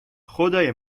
خدای